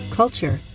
culture